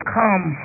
come